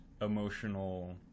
emotional